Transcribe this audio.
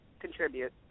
contribute